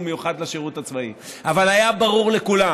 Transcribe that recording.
מיוחד לשירות הצבאי אבל היה ברור לכולם,